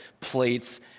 plates